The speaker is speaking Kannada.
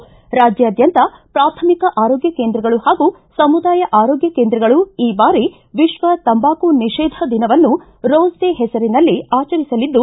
ರಾಜ್ಯಾದ್ಯಂತ ಪ್ರಾಥಮಿಕ ಆರೋಗ್ಯ ಕೇಂದ್ರಗಳು ಹಾಗೂ ಸಮುದಾಯ ಆರೋಗ್ಯ ಕೇಂದ್ರಗಳು ಈ ಬಾರಿ ವಿಶ್ವ ತಂಬಾಕು ನಿಷೇಧ ದಿನವನ್ನು ರೋಸ್ ಡೇ ಹೆಸರಿನಲ್ಲಿ ಆಚರಿಸಲಿದ್ದು